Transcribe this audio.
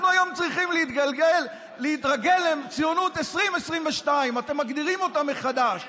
אנחנו צריכים להתרגל היום אל ציונות 2022. אתם מגדירים אותה מחדש.